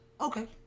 Okay